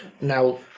Now